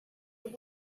with